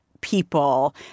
people